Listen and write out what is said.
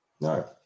No